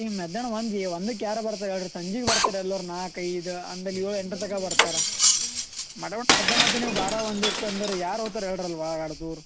ಈ ಮಧ್ಯಾಹ್ನ ಒಂದು ಒಂದಕ್ಕೆ ಯಾರು ಬರ್ತಾರೆ ಹೇಳ್ರಿ ಸಂಜೆಗ್ ಬರ್ತಾರೆ ಎಲ್ಲರ್ ನಾಲ್ಕು ಐದು ಅಂದಲಿ ಏಳು ಎಂಟು ತನಕ ಬರ್ತಾರೆ ಮಟ ಮಟ ಮಧ್ಯಾಹ್ನ ಹೊತ್ತಿಗೆ ನೀವು ಬಾರಾ ಒಂದಕ್ಕೆ ಅಂದ್ರೆ ಯಾರು ಹೋಗ್ತಾರ್ ಹೇಳ್ರಲ್ಲ ಅಷ್ಟು ದೂರ